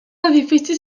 edifici